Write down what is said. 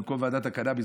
במקום בוועדת הקנאביס,